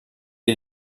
est